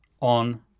on